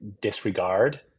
disregard